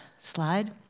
slide